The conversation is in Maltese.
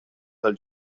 tal